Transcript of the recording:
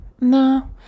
no